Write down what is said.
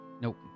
nope